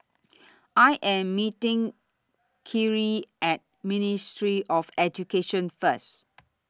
I Am meeting Kyrie At Ministry of Education First